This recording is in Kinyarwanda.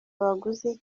abaguzi